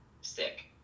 stick